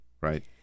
right